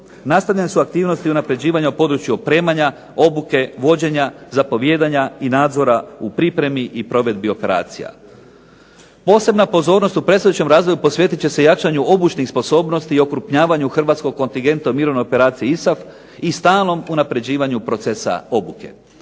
Nastavljene su aktivnosti unapređivanja u području opremanja, obuke, vođenja, zapovijedanja i nadzora u pripremi i provedbi operacija Posebna pozornost u predstojećem razdoblju posvetit će se jačanju obučnih sposobnosti i okrupnjavanju hrvatskog kontingenta u Mirovnoj operaciji ISAF i stalno unapređivanju procesa obuke.